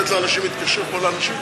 אתה מוכן לתת לאנשים להתקשר פה לאנשים?